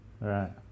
Right